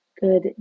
Good